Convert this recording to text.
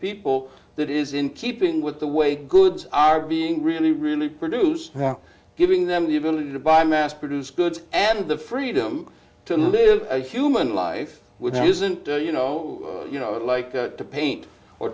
people that is in keeping with the way goods are being really really produced now giving them the ability to buy mass produced goods and the freedom to live a human life with isn't you know you know i'd like to paint or